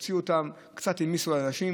קצת העמיסו על האנשים.